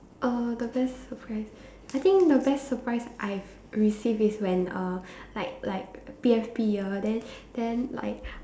uh the best surprise I think the best surprise I've received is when uh like like P_F_P year then then like